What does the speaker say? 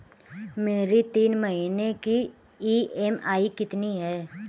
मेरी तीन महीने की ईएमआई कितनी है?